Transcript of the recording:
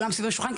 סביב השולחן,